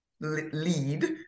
lead